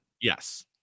Yes